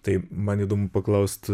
tai man įdomu paklaust